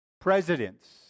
Presidents